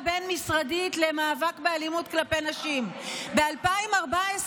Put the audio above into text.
בין-משרדית למאבק באלימות כלפי נשים ב-2014.